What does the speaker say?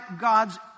God's